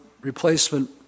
replacement